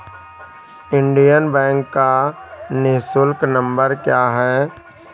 Indian Bank का निःशुल्क number क्या है?